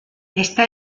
esta